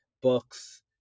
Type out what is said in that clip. books